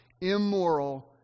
immoral